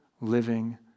living